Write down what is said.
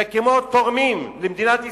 זה כמו תורמים למדינת ישראל.